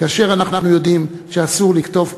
כאשר אנחנו יודעים שאסור לקטוף פרחים,